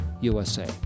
USA